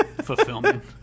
fulfillment